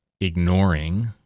ignoring